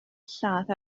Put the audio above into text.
lladd